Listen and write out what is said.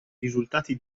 risultati